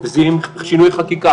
וזה יהיה עם שינויי חקיקה,